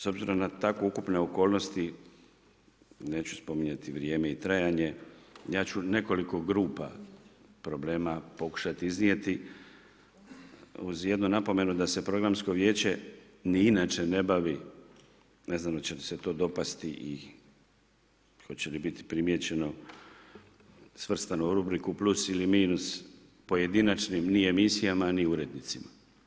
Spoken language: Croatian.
S obzirom na tako ukupne okolnosti, neću spominjati vrijeme i trajanje ja ću nekoliko grupa problema pokušati iznijeti uz jednu napomenu da se Programsko vijeće ni inače ne bavi ne znam hoće li se to dopasti i hoće li biti primijećeno svrstano u rubriku plus ili minus ni emisijama, ni urednicima.